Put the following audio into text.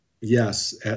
yes